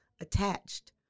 attached